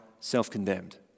self-condemned